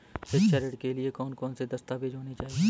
शिक्षा ऋण के लिए कौन कौन से दस्तावेज होने चाहिए?